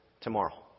tomorrow